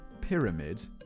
Pyramid